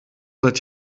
seit